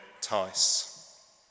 Tice